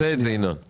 ינון, אני עושה את זה.